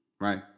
right